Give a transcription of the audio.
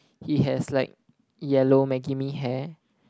he has like yellow Maggie-Mee hair